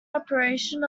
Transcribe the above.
operation